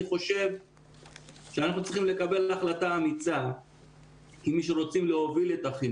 אנחנו מבינים שקשה להם לכתוב את הבחינות